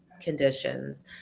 conditions